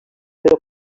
però